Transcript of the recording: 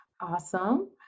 Awesome